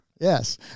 yes